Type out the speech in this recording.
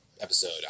episode